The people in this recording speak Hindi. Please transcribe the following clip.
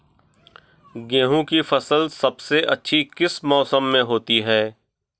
गेंहू की फसल सबसे अच्छी किस मौसम में होती है?